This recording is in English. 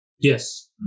Yes